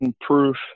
proof